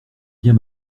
bien